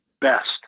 best